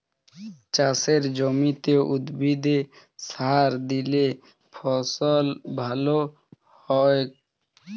চাসের জমিতে উদ্ভিদে সার দিলে ফসল ভাল হ্য়য়ক